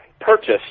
purchased